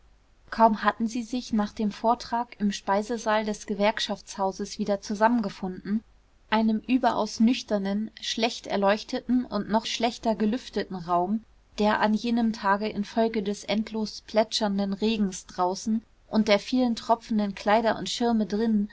kaum hatten sie sich nach dem vortrag im speisesaal des gewerkschaftshauses wieder zusammengefunden einem überaus nüchternen schlecht erleuchteten und noch schlechter gelüfteten raum der an jenem tage infolge des endlos plätschernden regens draußen und der vielen tropfenden kleider und schirme drinnen